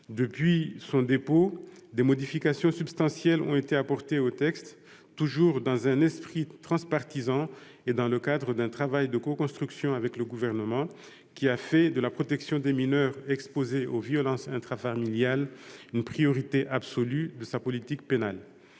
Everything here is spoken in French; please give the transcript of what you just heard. Depuis son dépôt, des modifications substantielles ont été apportées au texte, toujours dans un esprit transpartisan et dans le cadre d'un travail de coconstruction avec le Gouvernement, qui a fait de la protection des mineurs exposés aux violences intrafamiliales une priorité absolue de sa politique pénale.